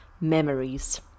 Memories